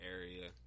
area